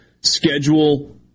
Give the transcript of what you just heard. schedule